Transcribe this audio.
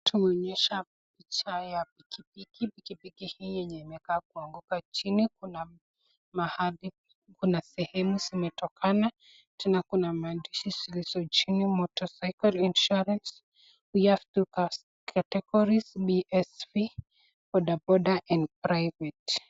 Tumeonyeshwa picha ya pikipiki. Pikipiki hii yenye imekaa kuanguka chini. Kuna mahali, kuna sehemu zimetokana. Tena kuna maandishi zilizo chini: Motocycle Insuarance, we have two categories, PSV bodaboda and private .